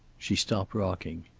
she stopped rocking.